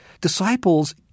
disciples